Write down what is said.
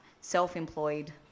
Self-employed